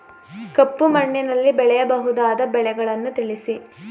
ಕಪ್ಪು ಮಣ್ಣಿನಲ್ಲಿ ಬೆಳೆಯಬಹುದಾದ ಬೆಳೆಗಳನ್ನು ತಿಳಿಸಿ?